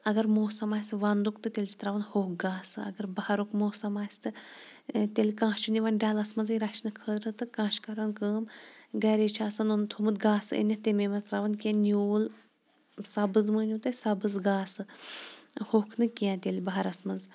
اَگَر موسَم آسہٕ وَنٛدُک تہٕ تیٚلہِ چھِ ترٛاوان ہوٚکھ گاسہٕ اَگَر بَہارُک موسَم آسہٕ تہٕ تیٚلہِ کانٛہہ چھُ نِوان ڈَلَس مٔنٛزٕے رَچھنہٕ خٲطرٕ تہٕ کانٛہہ چھُ کَران کٲم گَرے چھُ آسان تھوٚومُت گاسہٕ أنِتھ تَمےَ مَنٛز ترٛاوان کیٚنٛہہ نیٛوٗل سبٕز مٲنِو تُہۍ سبٕز گاسہٕ ہوٚکھ نہٕ کیٚنٛہہ تیٚلہِ بَہارَس مَنٛز